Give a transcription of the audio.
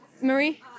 Marie